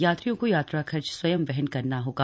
यात्रियों को यात्रा खर्च स्वयं वहन करना होगा